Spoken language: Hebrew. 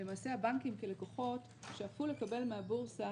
למעשה הבנקים כלקוחות שאפו לקבל מהבורסה